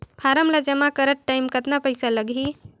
Form ला जमा करत टाइम कतना पइसा लगही?